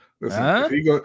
Listen